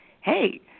hey